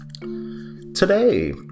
Today